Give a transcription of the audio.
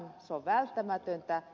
se on välttämätöntä